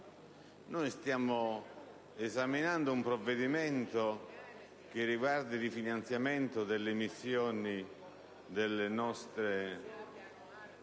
Noi stiamo esaminando un provvedimento che riguarda il rifinanziamento delle missioni delle nostre